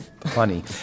funny